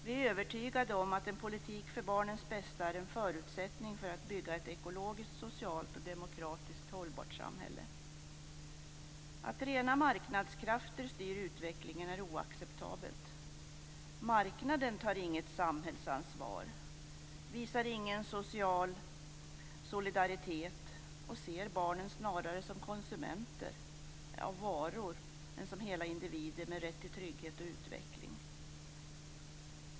Vi är övertygade om att en politik för barnens bästa är en förutsättning för att bygga ett ekologiskt, socialt och demokratiskt hållbart samhälle. Att rena marknadskrafter styr utvecklingen är oacceptabelt. Marknaden tar inget samhällsansvar, visar ingen social solidaritet och ser barnen snarare som konsumenter av varor än som hela individer med rätt till trygghet och utveckling.